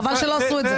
חבל שלא עשו את זה.